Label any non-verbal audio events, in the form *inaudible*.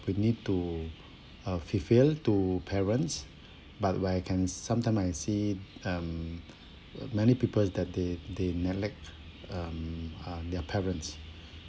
we need to *breath* uh be fair to parents but where I can sometime I see um *breath* many people that they they neglect um uh their parents